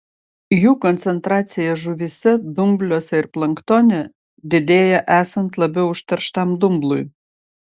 jų koncentracija žuvyse dumbliuose ir planktone didėja esant labiau užterštam dumblui